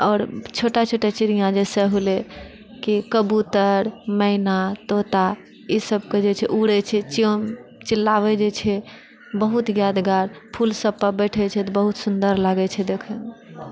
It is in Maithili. आओर छोटा छोटा चिड़िया जैसे होलै कि कबूतर मैना तोता ई सभके जे छै उड़ै छै चेवो चिल्लाबै जे छै बहुत यादगार फूल सबपर बैठे छै तऽ बहुत सुन्दर लागै छै देखैमे